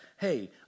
hey